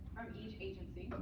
for each agency.